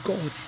God